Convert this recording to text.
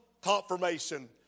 confirmation